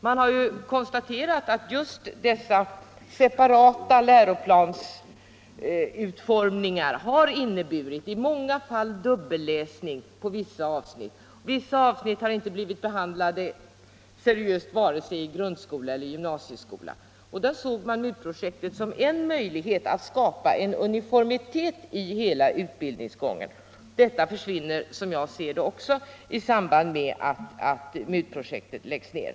Man har konstaterat att just dessa separata läroplansutformningar i många fall Nr 29 har inneburit dubbelläsning på vissa avsnitt, medan andra avsnitt inte Tisdagen den har blivit behandlade seriöst i vare sig grundskola eller gymnasieskola. 4 mars 1975 Man kunde i MUT-projektet se en möjlighet att skapa uniformitet ihela I utbildningsgången. Denna möjlighet försvinner, som jag ser det, också — Om skolutbildningi samband med att MUT-projektet läggs ned.